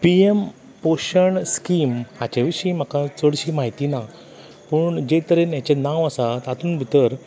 P M पोशण scheme हाचे विशीं म्हाका चडशीं म्हायती ना पूण जे तरेन हेंचे नांव तातूंत भितर